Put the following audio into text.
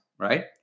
right